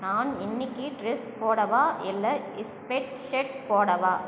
நான் இன்னிக்கு ட்ரெஸ் போடவா இல்லை ஸ்வெட் ஷர்ட் போடவா